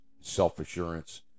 self-assurance